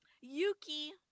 Yuki